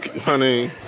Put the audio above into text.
Honey